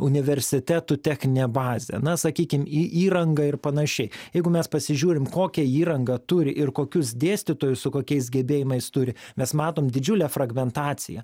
universitetų techninė bazė na sakykim įranga ir panašiai jeigu mes pasižiūrim kokią įrangą turi ir kokius dėstytojus su kokiais gebėjimais turi mes matom didžiulę fragmentaciją